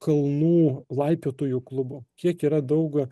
kalnų laipiotojų klubo kiek yra daug